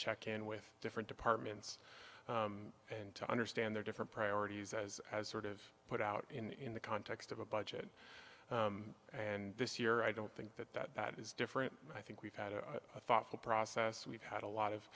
check in with different departments and to understand their different priorities as as sort of put out in the context of a budget and this year i don't think that that is different i think we've had a thoughtful process we've had a lot